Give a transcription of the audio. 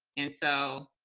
and so,